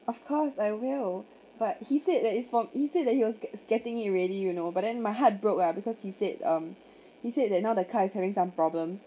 of course I will but he said that it's for he said that he was gets getting it ready you know but then my heart broke ah because he said um he said that now the car is having some problems